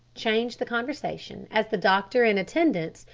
changed the conversation as the doctor and attendants,